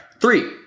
Three